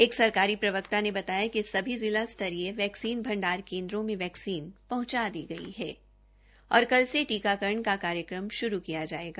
एक सरकारी प्रवक्ता ने बताया कि सभी जिला स्तरीय वैक्सीन भंडार केन्द्रों में वैक्सीन पहुंचा दी गई है और कल से टीकाकरण का कार्यक्रम श्रू किया जायेगा